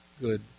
good